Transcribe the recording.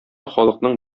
халыкның